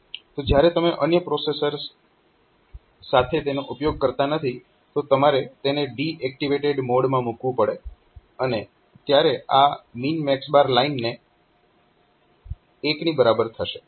તો જ્યારે તમે અન્ય પ્રોસેસર સાથે તેનો ઉપયોગ કરતા નથી તો તમારે તેને ડીએકટીવેટેડ મોડ માં મૂકવું પડે અને ત્યારે આ MNMX લાઈન 1 ની બરાબર થશે